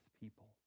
people